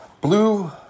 blue